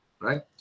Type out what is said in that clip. right